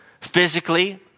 physically